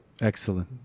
Excellent